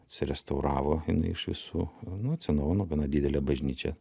atsirestauravo jinai iš visų nu atsinaujino gana didelė bažnyčia